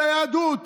על היהדות,